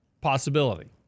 possibility